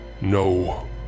No